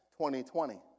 2020